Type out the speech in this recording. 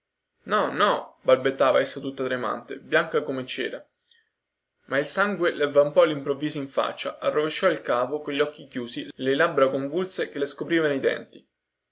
no no balbettava essa tutta tremante bianca come cera ma il sangue le avvampò allimprovviso in faccia arrovesciò il capo cogli occhi chiusi le labbra convulse che scoprivano i denti